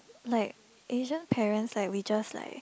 like Asian parents like we just like